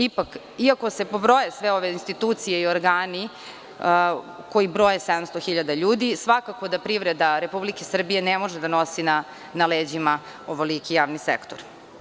Ipak, iako se pobroje sve ove institucije i ograni koji broje 700 hiljada ljudi, svakako da privreda RS ne može da nosi na leđima ovoliki javni sektor.